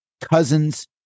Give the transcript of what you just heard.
Cousins